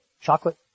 Chocolate